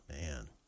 man